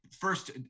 First